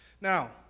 Now